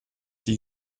die